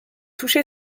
touché